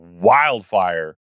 wildfire